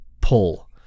pull